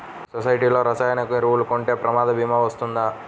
సొసైటీలో రసాయన ఎరువులు కొంటే ప్రమాద భీమా వస్తుందా?